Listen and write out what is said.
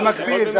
במקביל.